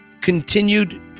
continued